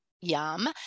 Yum